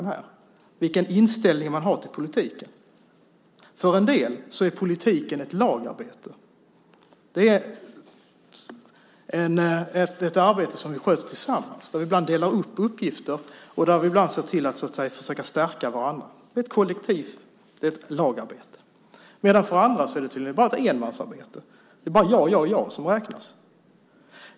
Det handlar om vilken inställning man har till politiken. För en del är politiken ett lagarbete, ett arbete som vi sköter tillsammans. Ibland delar vi upp uppgifter och ibland ser vi till att försöka stärka varandra. Det är ett kollektiv. Det är ett lagarbete. För andra är det tydligen ett enmansarbete. Det är bara "jag" som räknas.